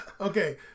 Okay